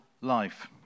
life